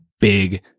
big